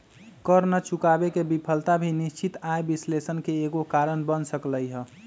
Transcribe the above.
कर न चुकावे के विफलता भी निश्चित आय विश्लेषण के एगो कारण बन सकलई ह